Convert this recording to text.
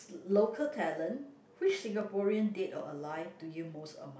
local talent which Singaporean dead or alive do you most admire